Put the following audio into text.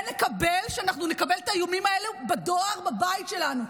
ואין לקבל שאנחנו נקבל את האיומים האלה בדואר בבית שלנו.